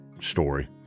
story